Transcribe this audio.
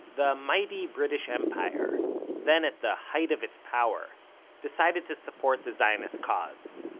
the mighty british empire then at the height of its power decided to support the zionist cause.